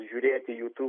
žiūrėti jutub